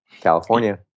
California